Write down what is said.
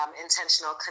intentional